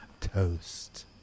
toast